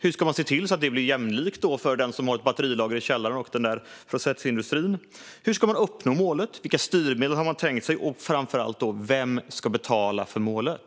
Hur ska man se till att det blir jämlikt mellan den som har ett batterilager i källaren och den där processindustrin? Hur ska man uppnå målet? Vilka styrmedel har man tänkt sig? Och framför allt: Vem ska betala för målet?